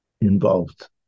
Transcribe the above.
involved